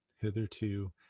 Hitherto